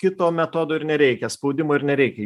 kito metodo ir nereikia spaudimo ir nereikia